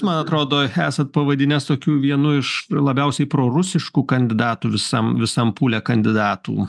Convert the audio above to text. man atrodo esat pavadinęs tokiu vienu iš labiausiai prorusiškų kandidatų visam visam pūle kandidatų